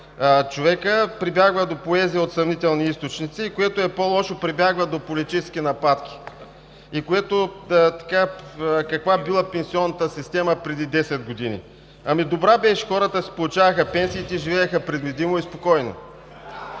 човека, прибягва до поезия от съмнителни източници и което е по-лошо, прибягва до политически нападки и каква е била пенсионната система преди десет години. Ами добра беше, хората си получаваха пенсиите, живееха предвидимо и спокойно.